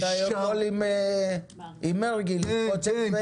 אתה יכול עם מרגי להתפוצץ ביחד.